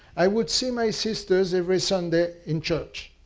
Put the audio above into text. i would see my sisters every sunday in church.